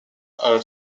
are